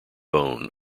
bone